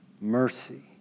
mercy